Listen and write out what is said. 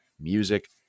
Music